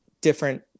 different